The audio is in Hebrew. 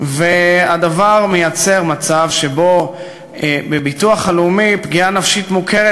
והדבר מייצר מצב שבו בביטוח הלאומי פגיעה נפשית מוכרת